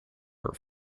her